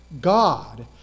God